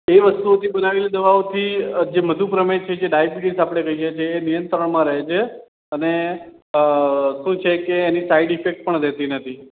એ વસ્તુઓથી બનાવેલી દવાઓથી જે મધુપ્રમેહ છે જે ડાયાબિટિસ આપણે કહીએ છીએ એ નિયંત્રણમાં રહે છે અને શું છે કે એની સાઇડ ઇફૅક્ટ્સ પણ રહેતી નથી